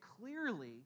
clearly